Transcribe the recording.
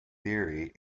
theory